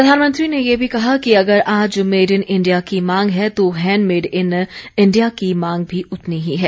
प्रधानमंत्री ने ये भी कहा कि अगर आज मेड इन इंडिया की मांग है तो हैंड मेड इन इंडिया की मांग भी उतनी ही है